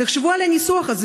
תחשבו על הניסוח הזה,